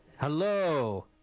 Hello